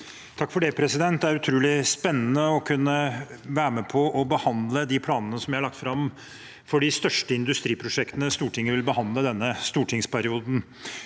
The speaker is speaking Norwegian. Aasland Det er utrolig spennende å kunne være med på å behandle de planene vi har lagt fram for de største industriprosjektene Stortinget vil behandle denne stortingsperioden.